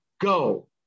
go